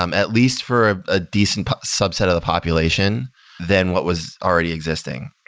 um at least for a decent subset of the population than what was already existing.